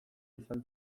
izan